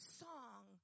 song